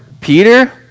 Peter